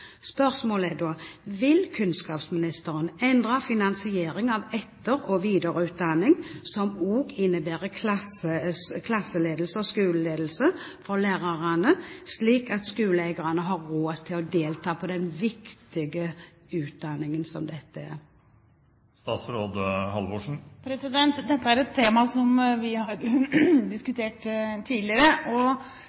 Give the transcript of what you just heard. Spørsmålet er da: Vil kunnskapsministeren endre finansieringen av etter- og videreutdanning som også innebærer klasseledelse og skoleledelse for lærerne, slik at skoleeierne har råd til å delta i den viktige utdanningen som dette er? Dette er et tema som vi har